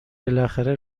بالاخره